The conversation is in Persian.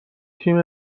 تیم